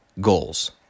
goals